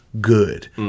good